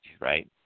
right